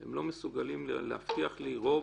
הם לא יכולים להבטיח לי רוב.